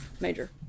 Major